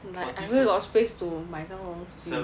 but where got space to 买这样多东西 seven fees two points of interest